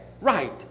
right